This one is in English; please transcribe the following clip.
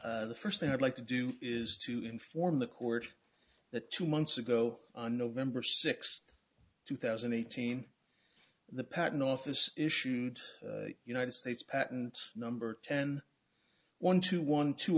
rush the first thing i'd like to do is to inform the court that two months ago on november sixth two thousand and eighteen the patent office issued united states patent number ten one two one two